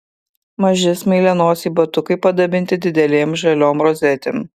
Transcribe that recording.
maži smailianosiai batukai padabinti didelėm žaliom rozetėm